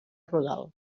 rodal